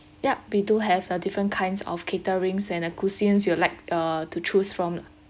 yup we do have a different kinds of catering and a cuisines you will like uh to choose from lah